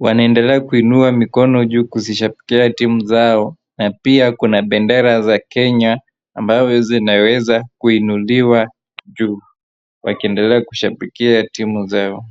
Wanaendelea kuinua mikono juu kuzishambikia zao na pia kuna bendera za Kenya ambayo zinaweza kuinuliwa juu wakiendelea kushambikia timu zao.